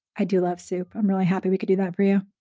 i do love soup. i'm really happy we could do that for you.